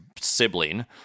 sibling